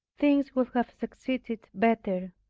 things would have succeeded better.